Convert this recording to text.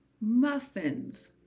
muffins